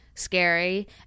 scary